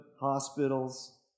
hospitals